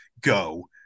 go